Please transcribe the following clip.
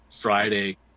Friday